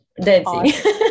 dancing